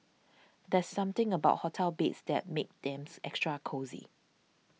there's something about hotel beds that makes them extra cosy